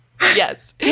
Yes